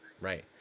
Right